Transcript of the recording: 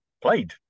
played